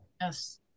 Yes